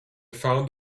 found